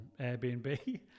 airbnb